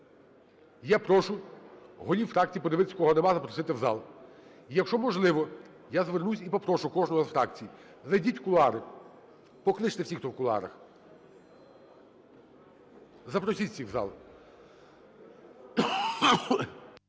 Я прошу голів фракцій подивитися, кого нема і запросити в зал. Якщо можливо, я звернусь і попрошу кожного з фракцій, зайдіть в кулуари, покличте всіх, хто в кулуарах. Запросіть всіх в зал.